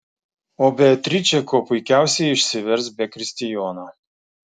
o beatričė kuo puikiausiai išsivers be kristijono